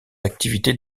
activités